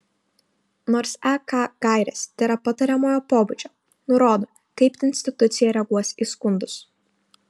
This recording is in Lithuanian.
nors ek gairės tėra patariamojo pobūdžio nurodo kaip institucija reaguos į skundus